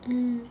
mm